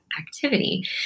activity